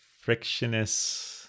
frictionless